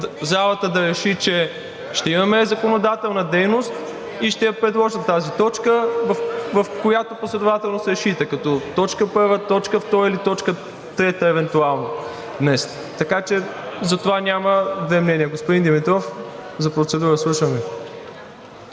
залата да реши, че ще имаме законодателна дейност, и ще я предложа тази точка, в която последователност решите – като т. 1, т. 2 или т. 3, евентуално, днес. Така че по това няма две мнения. Господин Димитров, заповядайте